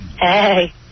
Hey